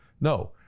No